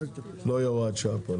לא תהיה הוראת שעה פה.